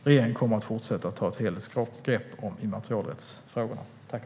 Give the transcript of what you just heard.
Regeringen kommer att fortsätta att ta ett helhetsgrepp om immaterialrättsfrågorna.